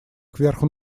кверху